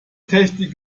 technik